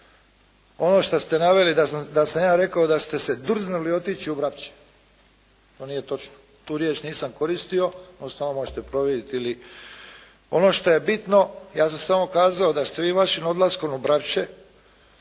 ono što ste naveli da sam ja rekao da ste se drznuli otići u Vrapče. To nije točno. Tu riječ nisam koristio. Uostalom možete provjeriti ili, ono što je bitno ja sam samo kazao da ste vi vašim odlaskom u Vrapče